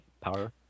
power